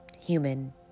human